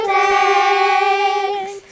thanks